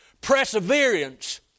Perseverance